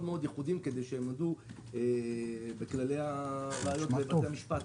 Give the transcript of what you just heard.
ייחודיים כדי שהם יעמדו בכללי הראיות בבתי המשפט.